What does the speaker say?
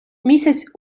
місяць